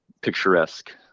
picturesque